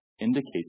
indicates